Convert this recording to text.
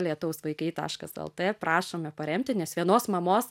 lietaus vaikai taškas lt prašome paremti nes vienos mamos